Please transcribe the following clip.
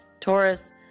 Taurus